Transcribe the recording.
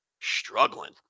struggling